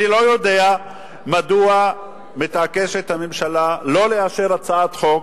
אני לא יודע מדוע הממשלה מתעקשת שלא לאשר הצעת חוק